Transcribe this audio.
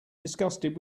disgusted